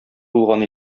булган